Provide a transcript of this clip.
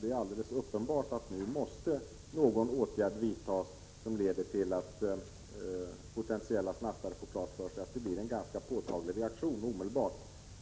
Det är alldeles uppenbart att nu måste någon åtgärd vidtas som leder till att potentiella snattare får klart för sig att det blir en ganska påtaglig reaktion omedelbart,